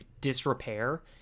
disrepair